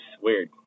weird